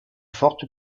forte